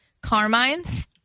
Carmine's